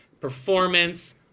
performance